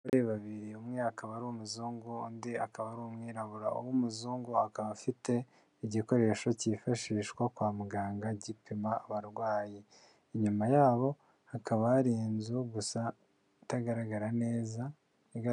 Ababyeyi babiri, umwe akaba ari umuzungu, undi akaba ari umwirabura, uw'umuzungu akaba afite igikoresho cyifashishwa kwa muganga gipima abarwayi, inyuma yabo hakaba hari inzu gusa itagaragara neza...